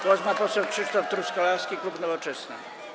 Głos ma poseł Krzysztof Truskolaski, klub Nowoczesna.